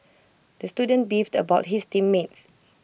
the student beefed about his team mates